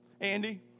Andy